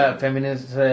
feminist